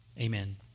Amen